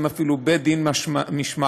ויש להם אפילו בית-דין משמעתי,